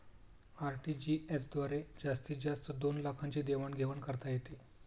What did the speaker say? RTGS द्वारे जास्तीत जास्त दोन लाखांची देवाण घेवाण करता येते